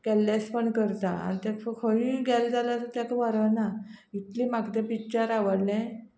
कॅरलॅसपण करता आनी तेक खंयूय गेल जाल्यार तेका व्हरना इतली म्हाका तें पिक्चर आवडलें